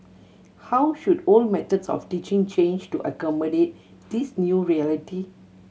how should old methods of teaching change to accommodate this new reality